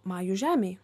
majų žemėj